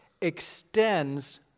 extends